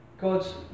God's